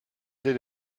did